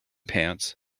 pants